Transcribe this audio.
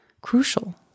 crucial